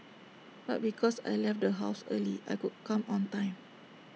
but because I left the house early I could come on time